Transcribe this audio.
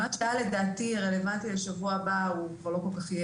מה שהיה רלוונטי, בשבוע הבא זה יישחק.